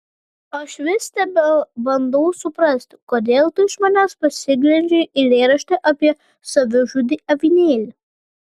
aš vis tebebandau suprasti kodėl tu iš manęs pasiglemžei eilėraštį apie savižudį avinėlį